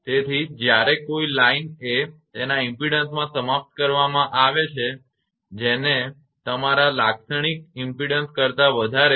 તેથી જ્યારે કોઈ લાઇન એ તેના ઇમપેડન્સમાં સમાપ્પ્ત કરવામાં આવે છે જે તેના લાક્ષણિક ઇમપેડન્સ કરતા વધારે છે